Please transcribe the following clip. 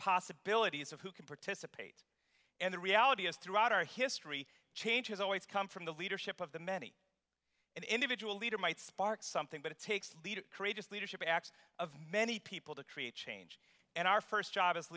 possibilities of who can participate and the reality is throughout our history change has always come from the leadership of the many individual leader might spark something but it takes courageous leadership acts of many people to create change in our first job as